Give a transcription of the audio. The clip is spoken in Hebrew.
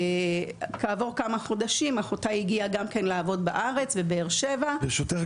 וכעבור כמה חודשים אחותה הגיעה גם לעבוד בארץ בבאר שבע --- ברשותך,